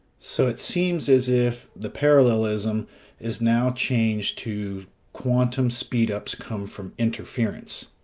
so, it seems as if the parallelism is now changed to quantum speedups come from interference.